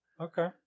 Okay